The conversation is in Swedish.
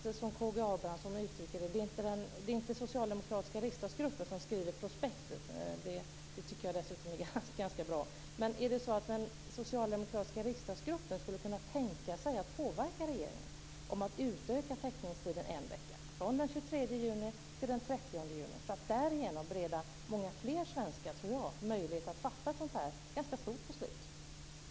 Som K G Abramsson uttrycker det, är det inte den socialdemokratiska riksdagsgruppen som skriver prospektet. Det är ganska bra. Men skulle den socialdemokratiska riksdagsgruppen kunna tänka sig att påverka regeringen att utöka teckningstiden en vecka, från den 23 till den 30 juni, för att därigenom bereda många fler svenskar möjlighet att fatta ett så här stort beslut?